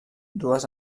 dues